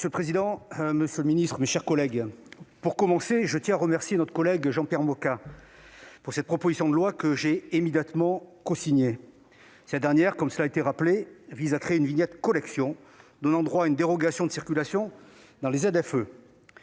Monsieur le président, monsieur le ministre, mes chers collègues, pour commencer, je tiens à remercier notre collègue Jean-Pierre Moga d'avoir déposé cette proposition de loi que j'ai immédiatement cosignée. Cette dernière vise à créer une vignette « collection » donnant droit à une dérogation de circulation dans les